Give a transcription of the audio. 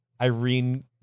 Irene